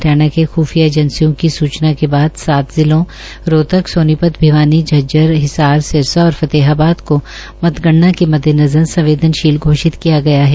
हरियाणा के ख्रफिया एजेसिंयों की सूचना के बाद सात जिलों रोहतक सोनी त भिवानी झज्जर हिसार सिरसा और फतेहाबाद को मतगणना के मद्देनज़र संवदेनशील घोषित किया गया है